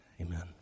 Amen